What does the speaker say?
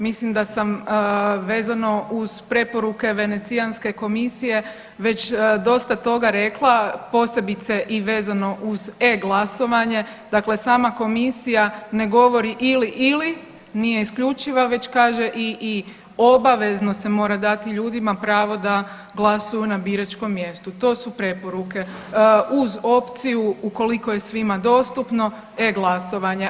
Mislim da sam vezano uz preporuke Venecijanske komisije već dosta toga rekla, posebice vezano uz e-glasovanje, dakle sama komisija ne govori ili-ili nije isključiva već kaže i i obavezno se mora dati ljudima pravo na biračkom mjestu, to su preporuke uz opciju ukoliko je svima dostupno e-glasovanje.